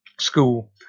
school